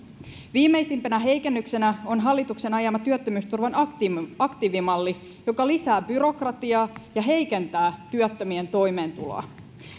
viimeisimpänä heikennyksenä on hallituksen ajama työttömyysturvan aktiivimalli aktiivimalli joka lisää byrokratiaa ja heikentää työttömien toimeentuloa